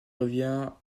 revient